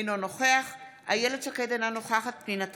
אינו נוכח אילת שקד, אינה נוכחת פנינה תמנו,